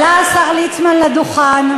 עלה השר ליצמן לדוכן,